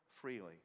freely